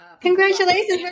congratulations